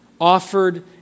offered